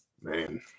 Man